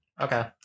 okay